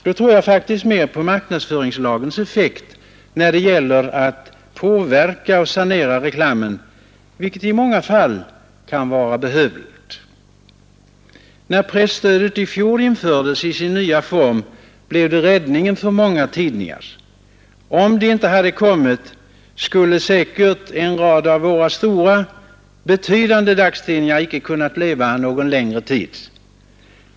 Då tror jag faktiskt mer på marknadsföringslagens effekt när det gäller att påverka och sanera reklamen, vilket i många fall kan vara behövligt. När presstödet i fjol infördes i sin nya form blev det räddningen för många tidningar. Om det inte hade kommit, skulle säkert en rad av våra stora, betydande dagstidningar icke ha kunnat leva någon längre tid.